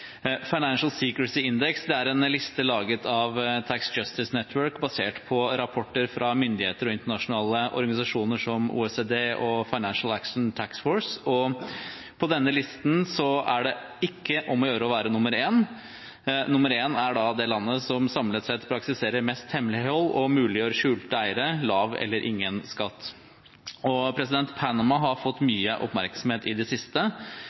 Financial Secrecy Index er en liste laget av Tax Justice Network, basert på rapporter fra myndigheter og internasjonale organisasjoner som OECD og Financial Action Task Force. På denne listen er det ikke om å gjøre å være nr. 1. Nummer 1 er det landet som samlet sett praktiserer mest hemmelighold og muliggjør skjulte eiere, lav eller ingen skatt. Panama har fått mye oppmerksomhet i det siste,